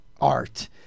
art